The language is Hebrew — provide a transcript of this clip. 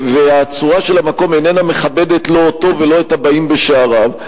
הצורה של המקום איננה מכבדת לא אותו ולא את הבאים בשעריו.